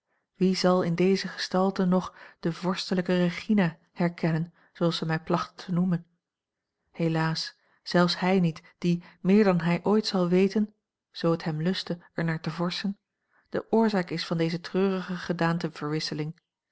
wie zal in deze gestalte nog de vorstelijke regina herkennen zooals ze mij plachten te noemen helaas zelfs hij niet die meer dan hij ooit zal weten zoo het hem lustte er naar te vorschen de oorzaak is van deze treurige gedaanteverwisseling